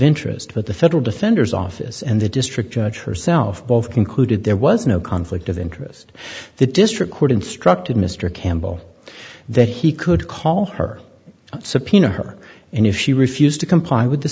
interest with the federal defender's office and the district judge herself both concluded there was no conflict of interest the district court instructed mr campbell that he could call her subpoena her and if she refused to comply with the